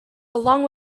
along